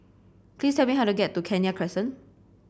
please tell me how to get to Kenya Crescent